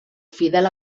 fidel